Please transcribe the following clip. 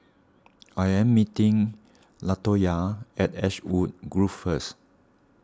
I am meeting Latoya at Ashwood Grove first